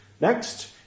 Next